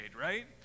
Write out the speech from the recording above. right